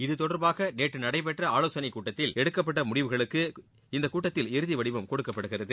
இது தொடர்பாக நேற்று நடைபெற்ற ஆலோசனைக் கூட்டத்தில் எடுக்கப்பட்ட முடிவுகளுக்கு இந்த கூட்டத்தில் இறுதி வடிவம் கொடுக்கப்படுகிறது